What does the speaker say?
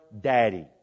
daddy